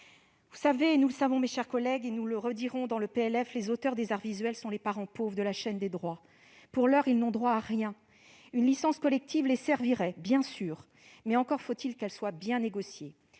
droit ? Vous le savez, mes chers collègues, et nous le redirons lors de l'examen du projet de loi de finances, les auteurs des arts visuels sont les parents pauvres de la chaîne des droits : pour l'heure, ils n'ont droit à rien. Une licence collective les servirait bien sûr, mais encore faut-il qu'elle soit bien négociée.